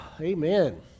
Amen